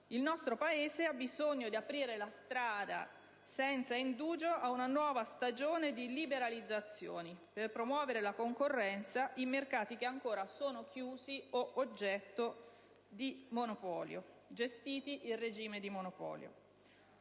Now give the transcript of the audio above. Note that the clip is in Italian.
Il nostro Paese ha bisogno di aprire senza indugio la strada ad una nuova stagione di liberalizzazioni per promuovere la concorrenza in mercati che ancora sono chiusi o gestiti in regime di monopolio.